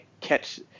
catch